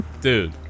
Dude